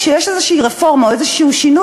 כשיש איזו רפורמה או איזה שינוי,